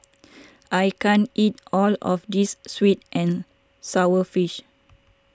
I can't eat all of this Sweet and Sour Fish